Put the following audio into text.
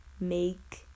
make